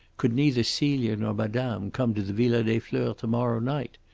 could neither celia nor madame come to the villa des fleurs to-morrow night?